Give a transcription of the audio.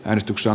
äänestyksen